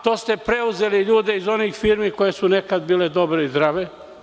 To ste preuzeli ljude iz onih firmi koje su nekad bile dobre i zdrave.